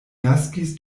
naskis